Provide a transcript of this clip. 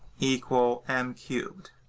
equal m cubed.